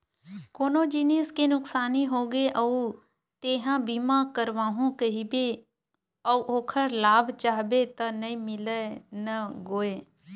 कोनो जिनिस के नुकसानी होगे अउ तेंहा बीमा करवाहूँ कहिबे अउ ओखर लाभ चाहबे त नइ मिलय न गोये